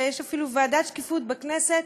ויש אפילו ועדת שקיפות בכנסת